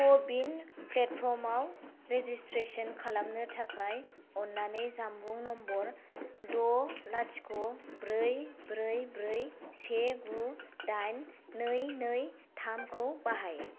क' विन प्लेटफर्मआव रेजिस्ट्रेसन खालामनो थाखाय अन्नानै जानबुं नम्बर द' लाथिख' ब्रै ब्रै ब्रै से गु दाइन नै नै थाम खौ बाहाय